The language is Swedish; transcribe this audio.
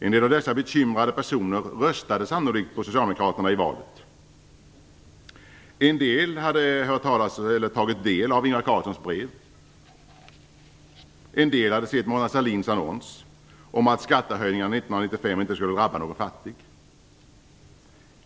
En del av dessa bekymrade personer röstade sannolikt på Socialdemokraterna i valet. En del hade hört talas om eller tagit del av Ingvar Carlssons brev. En del hade sett Mona Sahlins annons om att skattehöjningarna 1995 inte skulle drabba någon fattig.